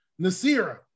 Nasira